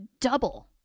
double